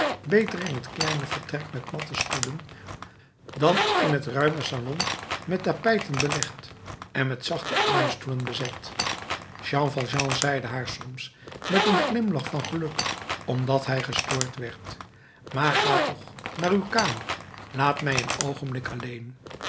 beter in het kleine vertrek met matten stoelen dan in het ruime salon met tapijten belegd en met zachte armstoelen bezet jean valjean zeide haar soms met een glimlach van geluk omdat hij gestoord werd maar ga toch naar uw kamer laat mij een oogenblik alleen